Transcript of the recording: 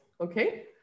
okay